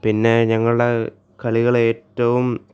പിന്നെ ഞങ്ങളുടെ കളികൾ ഏറ്റവും